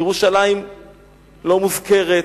ירושלים לא מוזכרת.